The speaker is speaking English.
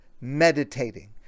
meditating